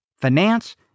finance